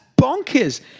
bonkers